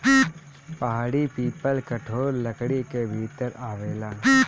पहाड़ी पीपल कठोर लकड़ी के भीतर आवेला